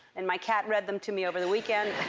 and my cat read them to me over the weekend.